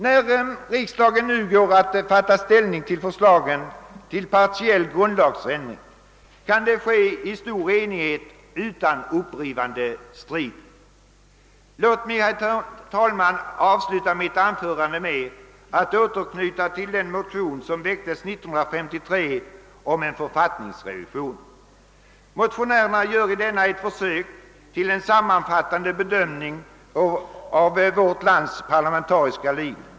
När riksdagen nu går att ta ställning till förslagen till partiell grundlagsändring kan det ske i stor enighet utan upprörande strid. Låt mig, herr talman, avsluta mitt anförande med att återknyta till den motion som väcktes 1953 om en författningsrevision. Motionärerna gör i denna ett försök till en sammanfattande bedömning av vårt lands parlamentariska liv.